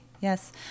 Yes